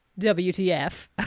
wtf